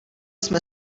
jsme